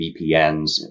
VPNs